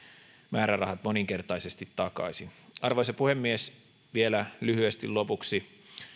määrärahat moninkertaisesti takaisin arvoisa puhemies vielä lyhyesti lopuksi